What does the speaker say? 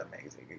amazing